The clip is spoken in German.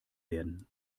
werden